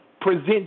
present